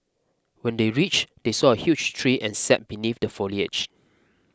when they reached they saw a huge tree and sat beneath the foliage